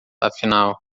afinal